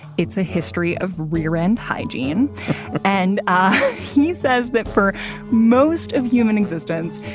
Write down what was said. it's a history of rear-end hygiene and he says that for most of human existence,